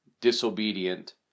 disobedient